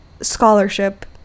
scholarship